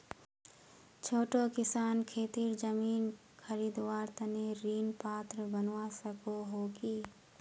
छोटो किसान खेतीर जमीन खरीदवार तने ऋण पात्र बनवा सको हो कि?